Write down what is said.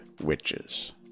witches